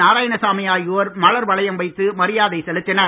நாராயணசாமி ஆகியோர் மலர் வளையம் வைத்து மரியாதை செலுத்தினர்